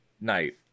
night